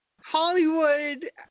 Hollywood